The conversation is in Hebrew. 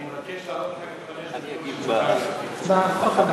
אני מבקש לעלות אחר כך לחמש דקות.